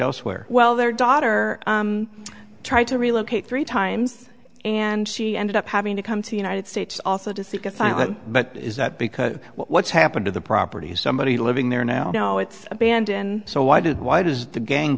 elsewhere well their daughter tried to relocate three times and she ended up having to come to united states also to seek asylum but is that because what's happened to the property is somebody living there now no it's abandoned so why did why does the gang